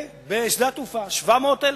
בשדה התעופה 700,000,